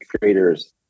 creators